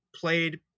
played